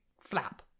flap